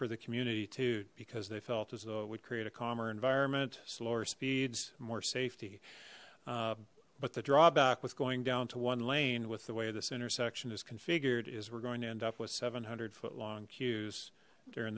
for the community too because they felt as though it would create a calmer environment slower speeds more safety but the drawback with going down to one lane with the way this intersection is configured is we're going to end up with seven hundred foot long queues during